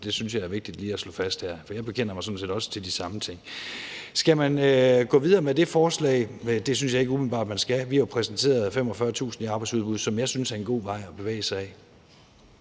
Det synes jeg er vigtigt lige at slå fast her, for jeg bekender mig sådan set til de samme ting. Skal man gå videre med det forslag? Det synes jeg ikke umiddelbart at man skal. Vi har jo præsenteret et forslag, der giver 45.000 i arbejdsudbud, og det synes jeg er en god vej at bevæge sig ad.